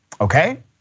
okay